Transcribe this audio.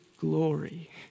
glory